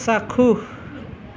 চাক্ষুষ